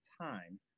time